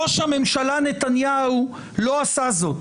ראש הממשלה נתניהו לא עשה זאת.